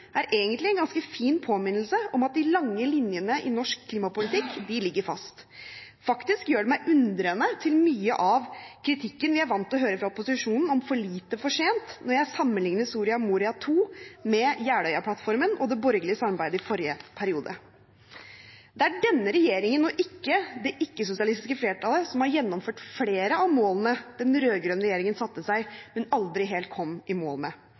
er egentlig en ganske fin påminnelse om at de lange linjene i norsk klimapolitikk ligger fast. Faktisk gjør det meg undrende til mye av kritikken vi er vant til å høre fra opposisjonen om «for lite for sent», når jeg sammenligner Soria Moria II med Jeløya-plattformen og det borgerlige samarbeidet i forrige periode. Det er denne regjeringen og ikke det ikke-sosialistiske flertallet som har gjennomført flere av målene den rød-grønne regjeringen satte seg, men aldri helt kom i mål med.